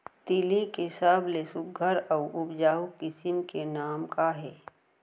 तिलि के सबले सुघ्घर अऊ उपजाऊ किसिम के नाम का हे?